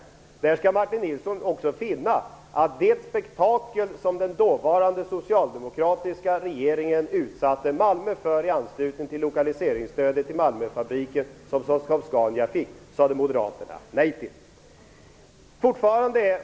Vid samma läsning kommer Martin Nilsson att finna att det spektakel som den dåvarande socialdemokratiska regeringen utsatte Malmö för i anslutning till lokaliseringsstödet till Saab-Scanias bilfabrik i Malmö sade moderaterna nej till.